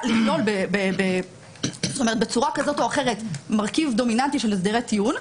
לכלול בצורה כזאת או אחרת מרכיב דומיננטי של הסדרי טיעון,